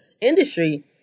industry